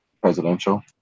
presidential